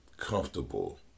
comfortable